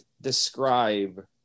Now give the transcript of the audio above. describe